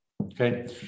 okay